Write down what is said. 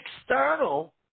External